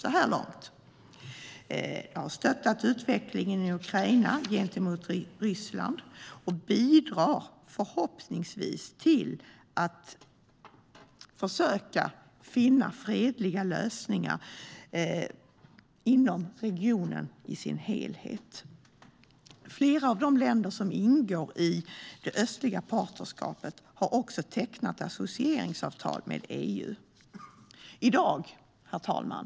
Det har stöttat utvecklingen i Ukraina gentemot Ryssland och bidrar förhoppningsvis till att finna fredliga lösningar inom regionen i dess helhet. Flera av de länder som ingår i det östliga partnerskapet har tecknat associeringsavtal med EU. Herr talman!